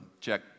Check